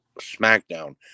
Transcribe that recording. smackdown